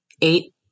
eight